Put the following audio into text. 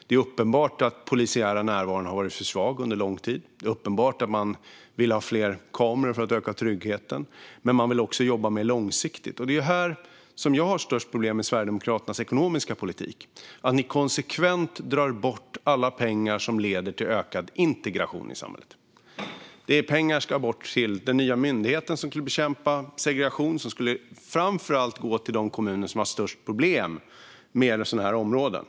Det är uppenbart att den polisiära närvaron har varit för svag under lång tid. Det är uppenbart att man vill ha fler kameror för att öka tryggheten, men man vill också jobba mer långsiktigt. Mitt största problem med Sverigedemokraternas ekonomiska politik är det här: Ni drar konsekvent bort alla pengar som leder till ökad integration i samhället. Pengar ska bort från den nya myndigheten som ska bekämpa segregation, pengar som framför allt skulle gå till de kommuner som har störst problem med sådana här områden.